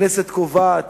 הכנסת קובעת